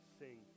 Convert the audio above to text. sing